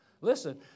listen